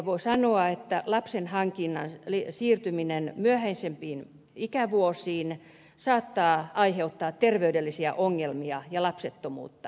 voi sanoa että lapsen hankinnan siirtyminen myöhäisempiin ikävuosiin saattaa aiheuttaa terveydellisiä ongelmia ja lapsettomuutta